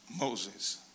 Moses